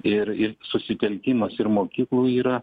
ir ir susitelkimas ir mokyklų yra